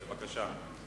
בבקשה.